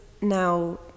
now